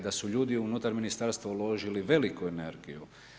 Da su ljudi unutar ministarstva uložili veliku energiju.